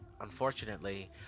unfortunately